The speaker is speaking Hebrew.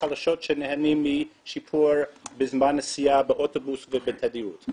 החלשות שנהנים משיפור בזמן הנסיעה באוטובוס ובתדירות.